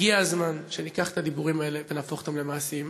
הגיע הזמן שניקח את הדיבורים האלה ונהפוך אותם למעשים.